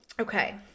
Okay